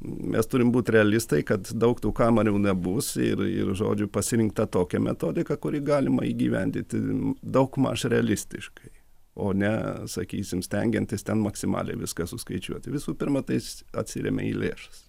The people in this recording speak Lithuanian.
mes turim būt realistai kad daug tų kamerų nebus ir ir žodžiu pasirinkta tokia metodika kuri galima įgyvendinti daugmaž realistiškai o ne sakysim stengiantis ten maksimaliai viską suskaičiuoti visų pirma tais atsiremia į lėšas